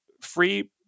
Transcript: free